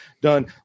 done